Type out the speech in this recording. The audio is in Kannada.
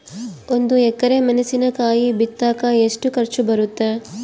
ಒಂದು ಎಕರೆ ಮೆಣಸಿನಕಾಯಿ ಬಿತ್ತಾಕ ಎಷ್ಟು ಖರ್ಚು ಬರುತ್ತೆ?